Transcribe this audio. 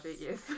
yes